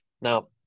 now